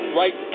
right